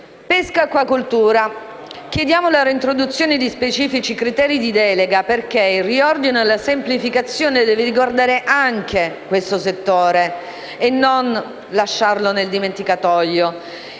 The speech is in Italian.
pesca e acquacoltura, chiediamo la reintroduzione di specifici criteri di delega, perché il riordino e la semplificazione deve riguardare anche questo settore, che non bisogna lasciare nel dimenticatoio.